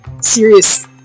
serious